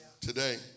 today